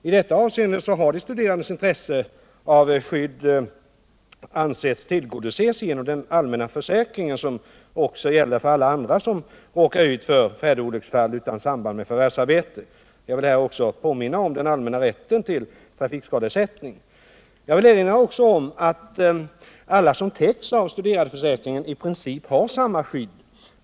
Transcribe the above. I detta avscende har de studerandes intresse av skydd ansetts tillgodosett genom den allmänna försäkringen, som också gäller för alla andra som råkar ut för färdolycksfall utan samband med förvärvsarbete. Jag vill här också påminna om den allmänna rätten till trafikskadeersättning. Vidare vill jag erinra om att alla som täcks av studerandeförsäkringen i princip har samma skydd.